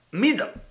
middle